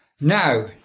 Now